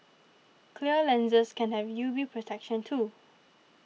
clear lenses can have U V protection too